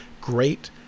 great